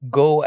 go